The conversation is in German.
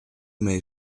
mail